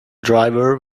driver